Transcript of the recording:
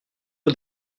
eux